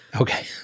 Okay